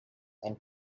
and